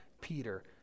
Peter